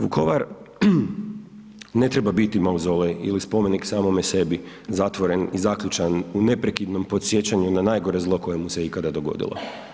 Vukovar ne treba biti mauzolej ili spomenik samome sebi, zatvoren i zaključan u neprekidnom podsjećanju na najgore zlo koje mu se ikada dogodilo.